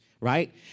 right